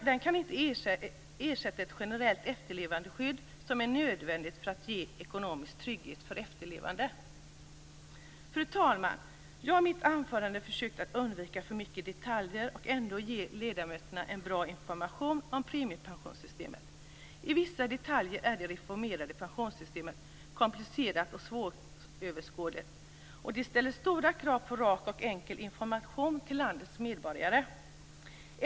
Det kan inte ersätta ett generellt efterlevandeskydd, som är nödvändigt för att ge ekonomisk trygghet för efterlevande. Fru talman! Jag har i mitt anförande försökt att undvika för många detaljer och ändå ge ledamöterna en bra information om premiepensionssystemet. I vissa detaljer är det reformerade pensionssystemet komplicerat och svåröverskådligt. Det ställer stora krav på rak och enkel information till landets medborgare.